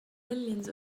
millions